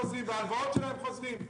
וההלוואות שלהם חוזרות.